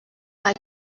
باید